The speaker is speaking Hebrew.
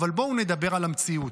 אבל בואו נדבר על המציאות.